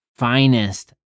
finest